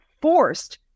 forced